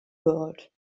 world